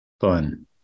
fun